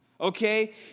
okay